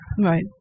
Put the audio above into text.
Right